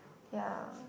ya